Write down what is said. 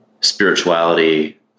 spirituality